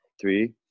Three